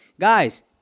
Guys